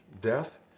death